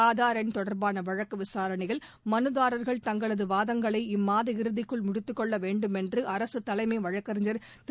ஆதார் என் தொடர்பான வழக்கு விசாரணையில் மனுதாரர்கள் தங்களது வாதங்களை இம்மாத இறுதிக்குள் முடித்துக்கொள்ள வேண்டும் என்று அரசு தலைமை வழக்கறிஞர் திரு